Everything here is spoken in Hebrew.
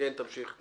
תמשיך.